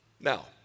Now